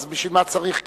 אז בשביל מה צריך כנסת?